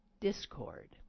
discord